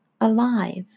alive